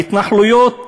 ההתנחלויות